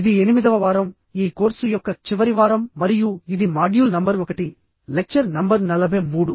ఇది ఎనిమిదవ వారం ఈ కోర్సు యొక్క చివరి వారం మరియు ఇది మాడ్యూల్ నంబర్ 1లెక్చర్ నంబర్ 43